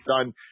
done